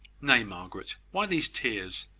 nay, margaret, why these tears?